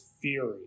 fury